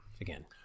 again